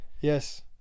Yes